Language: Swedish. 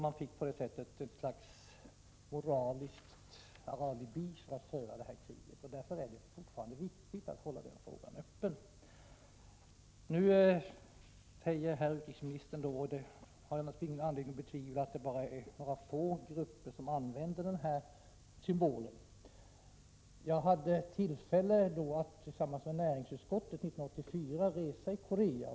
Man fick ett slags moraliskt alibi för att föra detta krig. Därför är det fortfarande viktigt att hålla frågan öppen. Nu säger utrikesministern — och det har jag naturligtvis ingen anledning att betvivla — att det bara är några få grupper som använder FN-symbolen. Jag hade 1984 tillfälle att tillsammans med näringsutskottet resa i Korea.